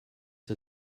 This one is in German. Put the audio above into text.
der